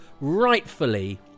rightfully